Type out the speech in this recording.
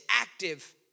active